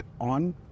on